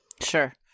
Sure